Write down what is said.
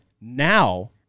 now